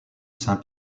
saint